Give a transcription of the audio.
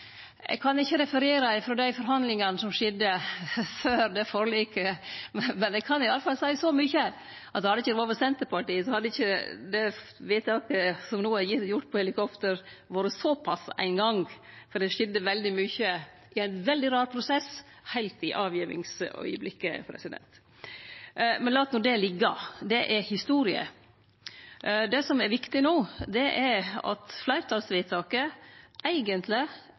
ikkje kan referere frå dei forhandlingane som skjedde før forliket, men eg kan i alle fall seie så mykje at hadde det ikkje vore for Senterpartiet, hadde ikkje det vedtaket som no er fatta når det gjeld helikopter, vore såpass ein gong. For det skjedde veldig mykje i ein veldig rar prosess heilt i augeblinken det vart avgjeve. Men lat no det liggje, det er historie. Det som er viktig no, er at fleirtalsvedtaket eigentleg